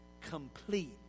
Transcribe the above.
complete